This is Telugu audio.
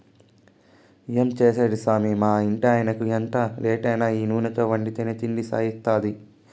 ఏం చేసేది సామీ మా ఇంటాయినకి ఎంత రేటైనా ఈ నూనెతో వండితేనే తిండి సయిత్తాది